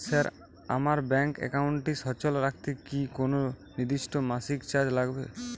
Sir আমার bank একাউন্টটি সচল রাখতে কি কোনো নির্দিষ্ট মাসিক চার্জ লাগবে?